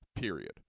period